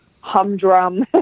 humdrum